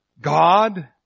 God